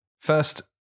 First